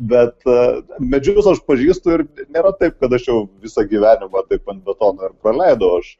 bet medžius aš pažįstu ir nėra taip kad aš jau visą gyvenimą taip ant betono ir paleidau aš